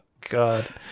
God